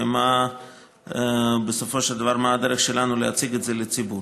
ומה בסופו של דבר הדרך שלנו להציג את זה לציבור.